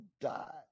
die